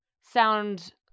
sound